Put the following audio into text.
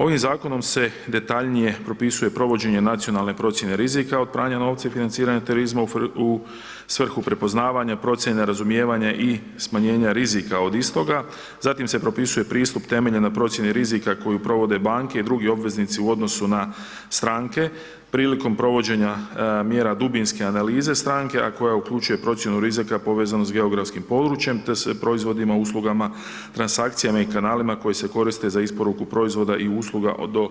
Ovim zakonom se detaljnije propisuje provođenje nacionalne procjene rizika od pranja novca i financiranja terorizma u svrhu prepoznavanja procjene, razumijevanje i smanjenje rizika od istoga, zatim se propisuje pristup temeljen na procjeni rizika koju provode banke i drugi obveznici u odnosu na stranke prilikom provođenja mjera dubinske analize stranke a koja uključuje procjenu rizika povezanom sa geografskim područjem te se proizvodima, uslugama, transakcijama i kanalima koji se koriste za isporuku proizvoda i usluga do